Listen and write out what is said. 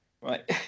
Right